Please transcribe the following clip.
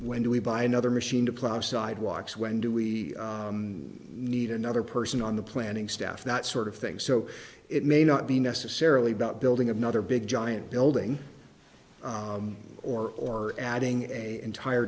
when do we buy another machine to plow sidewalks when do we need another person on the planning staff that sort of thing so it may not be necessarily about building another big giant building or adding an entire